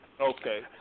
Okay